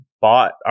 bought